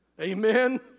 amen